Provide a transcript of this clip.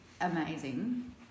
amazing